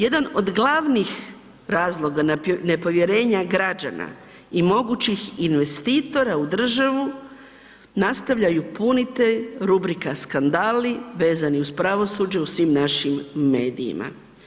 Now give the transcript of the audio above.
Jedan od glavnih razloga nepovjerenja građana i mogućih investitora u državu nastavljaju punite rubrika skandali vezani uz pravosuđe u svim našim medijima.